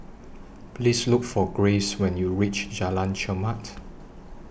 Please Look For Graves when YOU REACH Jalan Chermat